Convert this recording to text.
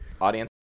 Audience